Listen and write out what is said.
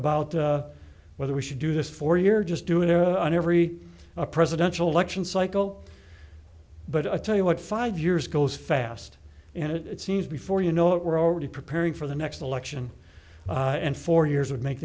about whether we should do this for year just do it or on every presidential election cycle but i tell you what five years goes fast and it seems before you know it we're already preparing for the next election and four years would make